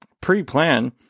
pre-plan